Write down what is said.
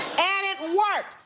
and it worked.